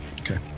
Okay